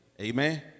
Amen